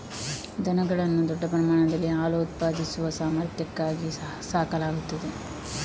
ದನಗಳನ್ನು ದೊಡ್ಡ ಪ್ರಮಾಣದಲ್ಲಿ ಹಾಲು ಉತ್ಪಾದಿಸುವ ಸಾಮರ್ಥ್ಯಕ್ಕಾಗಿ ಸಾಕಲಾಗುತ್ತದೆ